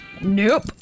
Nope